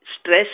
stress